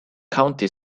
county